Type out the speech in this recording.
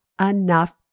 enough